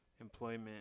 employment